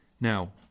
now